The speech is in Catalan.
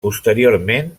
posteriorment